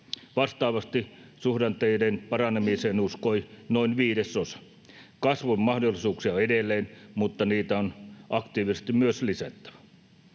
Vastaavasti suhdanteiden paranemiseen uskoi noin viidesosa. Kasvun mahdollisuuksia on edelleen, mutta niitä on aktiivisesti myös lisättävä.